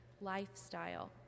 lifestyle